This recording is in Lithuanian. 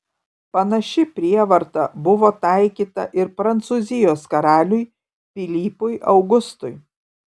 panaši prievarta buvo taikyta ir prancūzijos karaliui pilypui augustui